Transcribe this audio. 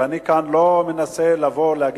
ואני כאן לא מנסה לבוא ולהגיד,